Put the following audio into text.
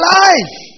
life